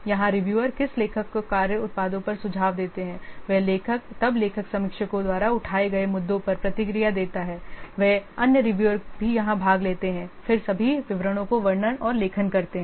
यहाँ रिव्यूअर किस लेखक को कार्य उत्पादों पर सुझाव देते हैं तब लेखक समीक्षकों द्वारा उठाए गए मुद्दों पर प्रतिक्रिया देता हैअन्य समीक्षक भी यहां भाग लेते हैं फिर सभी विवरणों का वर्णन और लेखन करते हैं